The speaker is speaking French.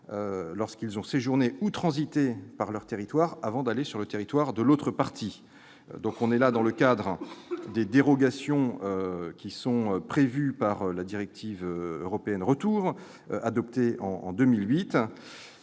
lorsqu'ils ont séjourné sur ou transité par leur territoire avant de se rendre sur le territoire de l'autre partie. Nous sommes là dans le cadre des dérogations prévues par la directive Retour adoptée en 2008